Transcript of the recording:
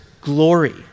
glory